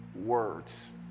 words